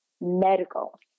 Medical